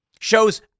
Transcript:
shows